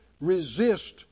resist